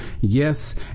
Yes